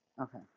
Okay